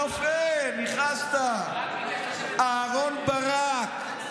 יפה, ניחשת, אהרן ברק.